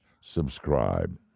subscribe